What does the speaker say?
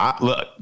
look